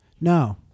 No